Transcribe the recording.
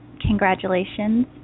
congratulations